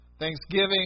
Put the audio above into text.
Thanksgiving